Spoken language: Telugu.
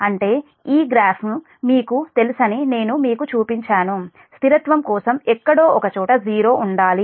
అంటే ఈ గ్రాఫ్ మీకు తెలుసని నేను మీకు చూపించాను స్థిరత్వం కోసం ఎక్కడో ఒకచోట '0' ఉండాలి